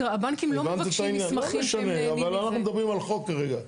תראה, הבנקים לא מבקשים מסמכים כי הם נהנים מזה.